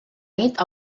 nit